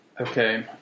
Okay